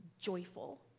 joyful